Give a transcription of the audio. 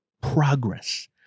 progress